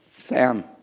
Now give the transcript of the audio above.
Sam